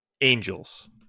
angels